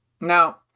Now